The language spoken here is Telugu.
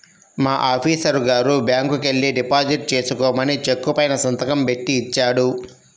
మా ఆఫీసరు గారు బ్యాంకుకెల్లి డిపాజిట్ చేసుకోమని చెక్కు పైన సంతకం బెట్టి ఇచ్చాడు